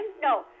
No